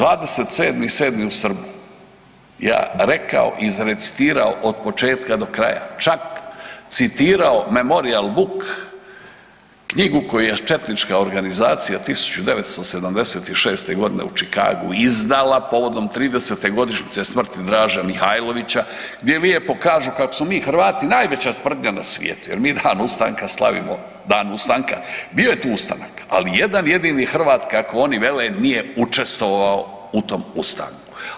27.7. u Srbu ja rekao i izrecitirao od početka do kraja, čak citirao Mermorial book knjigu koju je četnička organizacija 1976. u Chicagu izdala povodom 30-te godišnjice smrti Draže Mihajlovića gdje lijepo kažu kako smo mi Hrvati najveća sprdnja na svijetu jer mi dan ustanka slavimo dan ustanka, bio je tu ustanak ali jedan jedini Hrvat kako oni vele nije učestvovao u tom ustanku.